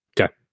Okay